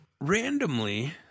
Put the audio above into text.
randomly